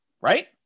Right